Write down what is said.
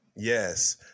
Yes